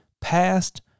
past